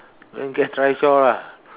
when get trishaw lah